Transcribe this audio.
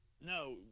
No